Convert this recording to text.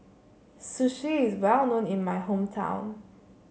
Sushi is well known in my hometown